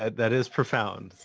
that is profound.